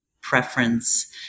preference